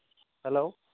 hello